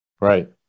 Right